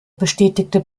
bestätigte